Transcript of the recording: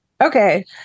okay